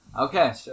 Okay